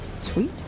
Sweet